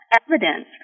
evidence